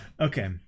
Okay